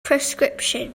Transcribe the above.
prescription